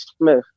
Smith